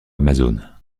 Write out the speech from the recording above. amazone